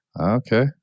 Okay